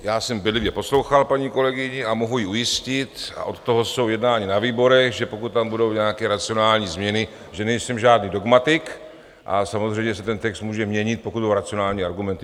Já jsem bedlivě poslouchal paní kolegyni a mohu ji ujistit, a od toho jsou jednání na výborech, že pokud tam budou nějaké racionální změny, že nejsem žádný dogmatik, a samozřejmě se ten text může měnit, pokud budou racionální argumenty.